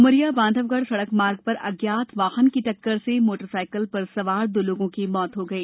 उमरिया बांधवगढ़ सड़क मार्ग पर अज्ञात वाहन की टक्कर से मोटर साइकल पर सवार दो लोगों की मौत हो गई